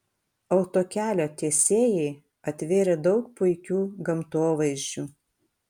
autokelio tiesėjai atvėrė daug puikių gamtovaizdžių